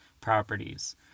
properties